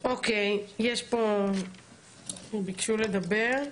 אוקיי, ביקשו לדבר.